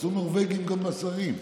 תעשו נורבגים גם לשרים.